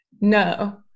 No